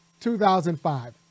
2005